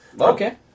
Okay